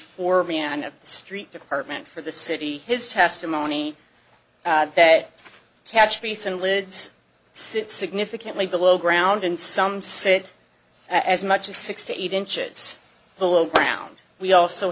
four man of the street department for the city his testimony day catch basin lids sit significantly below ground and some sit as much as six to eight inches below ground we also